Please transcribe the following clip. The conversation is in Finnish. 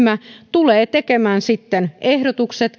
tulee tekemään sitten ehdotukset